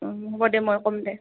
হ'ব দে মই ক'ম দে